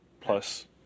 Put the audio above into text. Plus